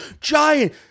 giant